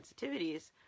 sensitivities